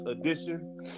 edition